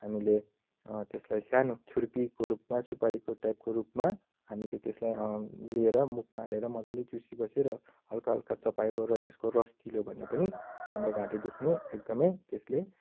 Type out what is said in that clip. हामीले त्यसलाई सानो छुर्पीको रूपमा सुपारीको टाइपको रूपमा हामीले त्यसलाई लिएर मुखमा हालेर मजाले चुसिबस्यो र हल्का हल्का चबायो र त्यसको रस निल्यो भने पनि हाम्रो घाँटी दुख्नु एकदमै त्यसले